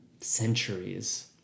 centuries